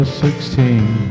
sixteen